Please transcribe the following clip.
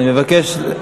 אני מבקש,